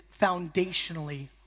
foundationally